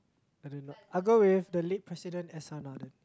I don't know I'll go with the late president S_R-Nathan